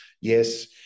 Yes